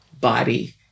body